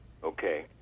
okay